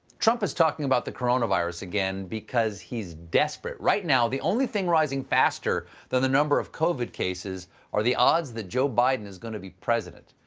trump is talking about the coronavirus again because he's desperate. right now the only thing rising faster than the number of covid cases is are the odds that joe biden is going to be president.